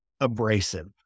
abrasive